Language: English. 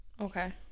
Okay